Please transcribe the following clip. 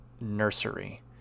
nursery